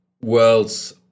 world's